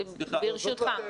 ברשותך,